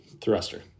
thruster